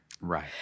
Right